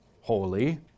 holy